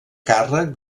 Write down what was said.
càrrec